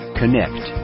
connect